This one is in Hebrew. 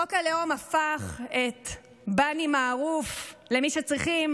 חוק הלאום הפך את בַּנִי-מערוף למי שצריכים